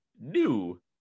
new